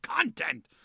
content